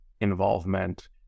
involvement